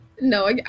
No